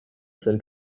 from